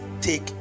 take